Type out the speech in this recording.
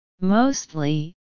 Mostly